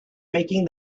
making